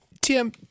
tim